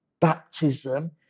Baptism